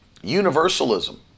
universalism